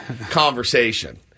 conversation